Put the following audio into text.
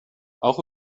auch